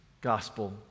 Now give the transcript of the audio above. gospel